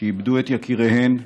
שאיבדו את יקיריהן,